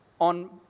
On